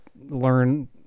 learn